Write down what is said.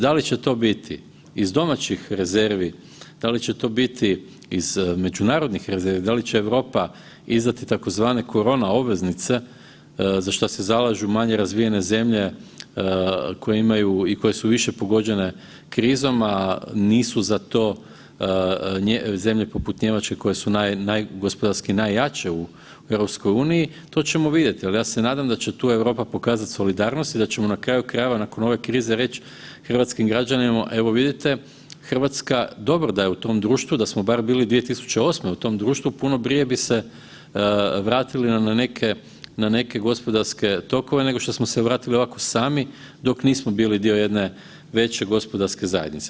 Da li će to biti iz domaćih rezervi, da li će to biti iz međunarodnih rezervi, da li će Europa izdati tzv. korona obveznice za šta se zalažu manje razvijene zemlje koje imaju i koje su više pogođene krizom, a nisu za to zemlje poput Njemačke koje su najgospodarski najjače u EU, to ćemo vidjet jel ja se nadam da će tu Europa pokazat solidarnost i da ćemo na kraju krajeva nakon ove krize reć hrvatskim građanima evo vidite RH dobro da je u tom društvu, da smo bar bili 2008. u tom društvu puno prije bi se vratili na neke, na neke gospodarske tokove nego što smo se vratili ovako sami dok nismo bili dio jedne veće gospodarske zajednice.